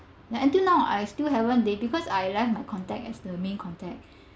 till now I still haven't because I left my contact as the main contact